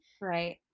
right